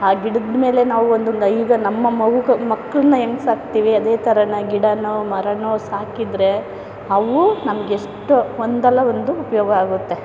ಆ ಗಿಡದಮೇಲೆ ನಾವು ಒಂದು ಗ ಈಗ ನಮ್ಮ ಮಗು ಮಕ್ಕಳನ್ನ ಹೆಂಗೆ ಸಾಕ್ತೀವಿ ಅದೇ ಥರನ ಗಿಡನೋ ಮರನೋ ಸಾಕಿದರೆ ಅವು ನಮಗೆಷ್ಟು ಒಂದಲ್ಲ ಒಂದು ಉಪಯೋಗ ಆಗುತ್ತೆ